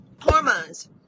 hormones